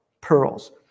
pearls